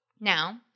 now